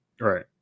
Right